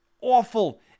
awful